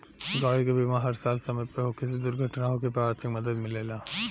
गाड़ी के बीमा हर साल समय पर होखे से दुर्घटना होखे पर आर्थिक मदद मिलेला